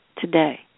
today